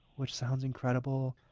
which sounds incredible,